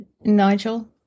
Nigel